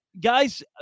Guys